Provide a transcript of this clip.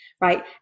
Right